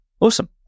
Awesome